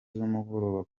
z’umugoroba